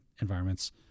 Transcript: environments